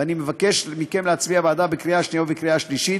ואני מבקש מכם להצביע בעדה בקריאה השנייה ובקריאה השלישית.